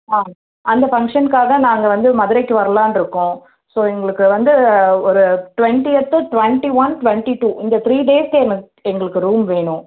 ஆ அந்த ஃபங்க்ஷனுக்காகதான் நாங்கள் வந்து மதுரைக்கு வரலானிருக்கோம் ஸோ எங்களுக்கு வந்து ஒரு ட்வெண்டியித்து ட்வெண்டி ஒன் ட்வெண்டி டூ இந்த த்ரீ டேஸ்க்கு எனக்கு எங்களுக்கு ரூம் வேணும்